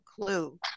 clue